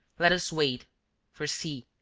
let us wait for see,